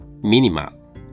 minimal